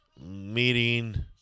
Meeting